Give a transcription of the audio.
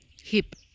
hip